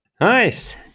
Nice